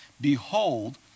Behold